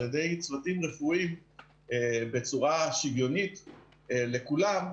על-ידי צוותים רפואיים בצורה שוויונית לכולם,